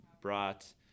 brought